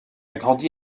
grandi